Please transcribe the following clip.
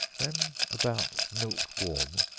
when about milk warm,